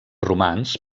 romans